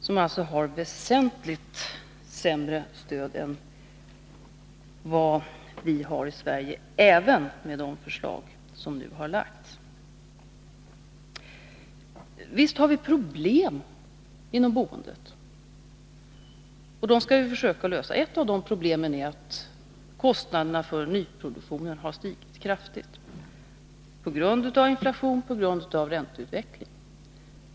Man har ju där väsentligt sämre stöd än vad vi har i Sverige, även med det förslag som nu har framlagts. Visst har vi problem inom boendet; och dem skall vi försöka lösa. Ett av problemen är att kostnaderna för nyproduktionen har stigit kraftigt — på grund av inflationen och på grund av ränteutvecklingen.